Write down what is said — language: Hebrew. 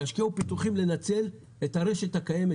שישקיעו פיתוחים כדי לנצל את הרשת הקיימת.